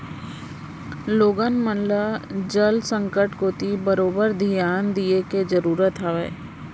लोगन मन ल जल संकट कोती बरोबर धियान दिये के जरूरत हावय